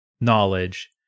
knowledge